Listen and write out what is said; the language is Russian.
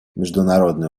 международное